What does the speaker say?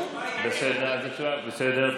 בסדר.